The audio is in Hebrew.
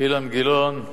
אילן גילאון,